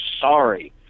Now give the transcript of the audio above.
sorry